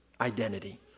identity